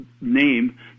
name